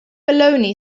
baloney